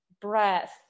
breath